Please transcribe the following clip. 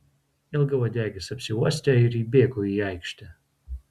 ilgauodegis apsiuostė ir įbėgo į aikštę